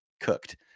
cooked